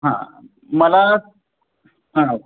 हां मला हां